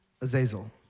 Azazel